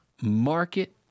market